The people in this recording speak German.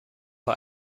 bei